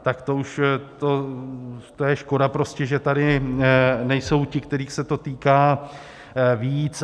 Tak to už je škoda prostě, že tady nejsou ti, kterých se to týká víc.